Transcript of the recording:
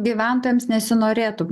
gyventojams nesinorėtų